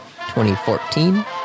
2014